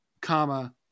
comma